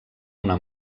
una